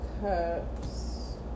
Cups